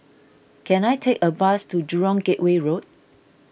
can I take a bus to Jurong Gateway Road